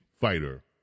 fighter